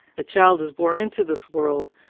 the child is born into this world,